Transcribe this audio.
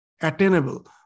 attainable